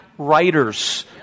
writers